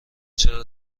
چرا